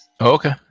Okay